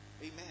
Amen